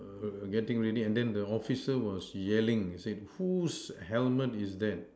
were getting ready and the officer was yelling saying whose helmet is that